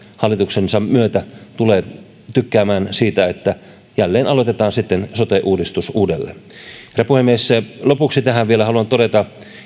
hallituksensa myötä tule tykkäämään siitä että jälleen aloitetaan sitten sote uudistus uudelleen herra puhemies lopuksi tähän vielä haluan todeta